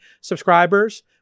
subscribers